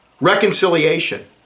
reconciliation